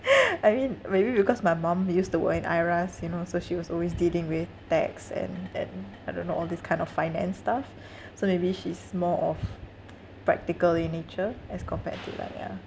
I mean maybe because my mum used to work in IRAS you know so she was always dealing with tax and then I don't know all this kind of finance stuff so maybe she's more of practical in nature as compared to like yeah